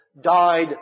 died